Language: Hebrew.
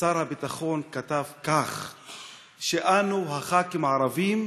שר הביטחון כתב שאנו, הח"כים הערבים,